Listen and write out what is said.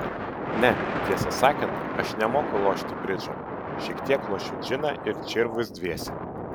ne tiesą sakant aš nemoku lošti bridžo šiek tiek lošiu džiną ir čirvus dviese